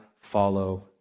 follow